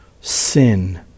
sin